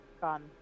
gone